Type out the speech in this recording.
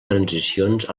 transicions